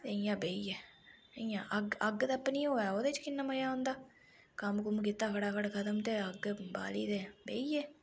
ते इ'यां बेहियै इ'यां अग्ग अग्ग तप्पनी होऐ ओहदे च किन्ना मजा औंदा कम्म कुम्म कीता फटाफट खतम ते अग्ग बाह्ली ते बेही गे